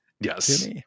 Yes